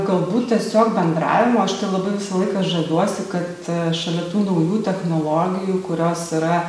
galbūt tiesiog bendravimo aš tai labai visą laiką žaviuosi kad šalia tų naujų technologijų kurios yra